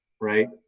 right